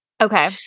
Okay